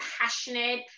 passionate